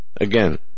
Again